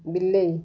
ବିଲେଇ